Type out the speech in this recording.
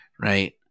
Right